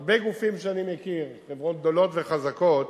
הרבה גופים שאני מכיר, חברות גדולות וחזקות,